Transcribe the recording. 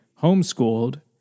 homeschooled